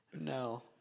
No